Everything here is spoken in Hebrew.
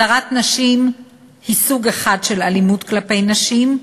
הדרת נשים היא סוג אחד של אלימות כלפי נשים,